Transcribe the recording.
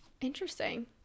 Interesting